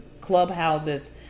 clubhouses